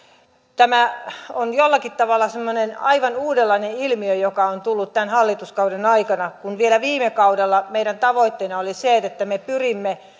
tämä on jollakin tavalla semmoinen aivan uudenlainen ilmiö joka on tullut tämän hallituskauden aikana kun vielä viime kaudella meidän tavoitteenamme oli se että me pyrimme